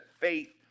faith